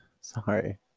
Sorry